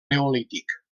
neolític